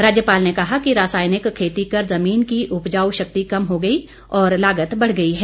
राज्यपाल ने कहा कि रासायनिक खेती कर जमीन की उपजाउ शक्ति कम हो गई और लागत बढ़ गई है